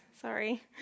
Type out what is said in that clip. Sorry